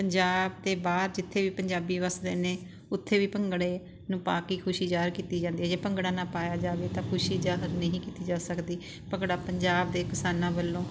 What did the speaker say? ਪੰਜਾਬ ਦੇ ਬਾਹਰ ਜਿੱਥੇ ਵੀ ਪੰਜਾਬੀ ਵੱਸਦੇ ਨੇ ਉੱਥੇ ਵੀ ਭੰਗੜੇ ਨੂੰ ਪਾ ਕੇ ਖੁਸ਼ੀ ਜ਼ਾਹਰ ਕੀਤੀ ਜਾਂਦੀ ਹੈ ਜੇ ਭੰਗੜਾ ਨਾ ਪਾਇਆ ਜਾਵੇ ਤਾਂ ਖੁਸ਼ੀ ਜ਼ਾਹਰ ਨਹੀਂ ਕੀਤੀ ਜਾ ਸਕਦੀ ਭੰਗੜਾ ਪੰਜਾਬ ਦੇ ਕਿਸਾਨਾਂ ਵੱਲੋਂ